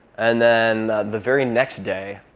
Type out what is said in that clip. and then the very next day